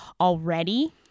already